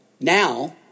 now